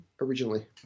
originally